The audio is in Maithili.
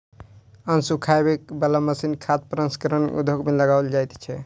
अन्न सुखबय बला मशीन खाद्य प्रसंस्करण उद्योग मे लगाओल जाइत छै